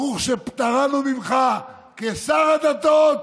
ברוך שפטרנו ממך כשר הדתות,